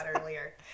earlier